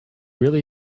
really